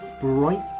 bright